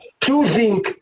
choosing